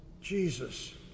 Jesus